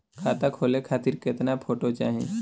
खाता खोले खातिर केतना फोटो चाहीं?